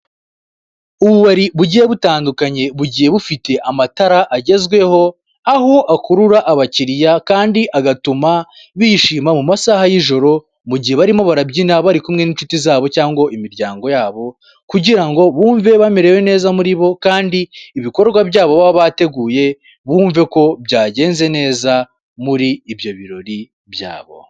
Ububari bugiye butandukanye bugiye bufite amatara agezweho aho akurura abakiriya kandi agatuma bishima mu masaha y'ijoro, mu gihe barimo barabyina bari kumwe n'inshuti zabo cyangwa imiryango yabo kugira ngo bumve bamerewe neza muri bo kandi ibikorwa byabo baba bateguye bumve ko byagenze neza muri ibyo birori byabo.